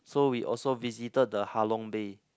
so we also visited the Halong Bay